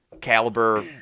caliber